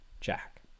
Jack